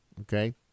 Okay